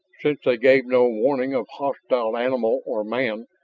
since they gave no warning of hostile animal or man,